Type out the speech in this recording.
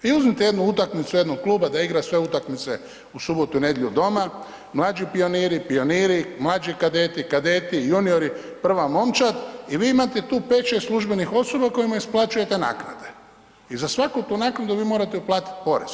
I uzmite jednu utakmicu jednog kluba da igra sve utakmice u subotu i nedjelju doma, mlađi pioniri, pioniri, mlađi kadeti, kadeti, juniori, prva momčad i vi imate tu 5, 6 službenih osoba kojima isplaćujete naknade i za svaku tu naknadu vi morate uplatiti porez.